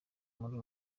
muri